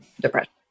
depression